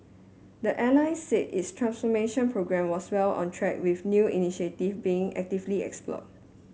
the airline said its transformation programme was well on track with new initiative being actively explored